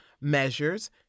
measures